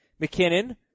McKinnon